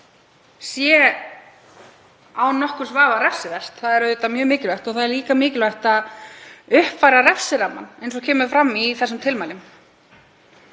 sé án nokkurs vafa refsivert. Það er auðvitað mjög mikilvægt og það er líka mikilvægt að uppfæra refsirammann eins og kemur fram í þessum tilmælum.